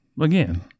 again –